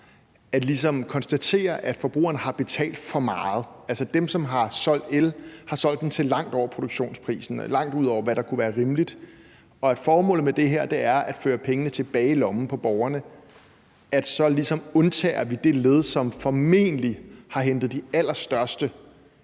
at konstatere, at forbrugeren har betalt for meget, altså at dem, som har solgt el, har solgt det til langt over produktionsprisen og langt over, hvad der kunne være rimeligt, og når formålet med det her er at føre pengene tilbage i lommen på borgerne, hvis vi så ligesom undtager det led, som formentlig har hentet de allerstørste